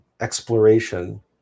exploration